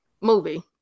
movie